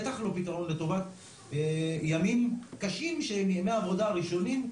בטח לא פתרון לטובת ימים קשים שהם ימי עבודה ראשונים,